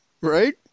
Right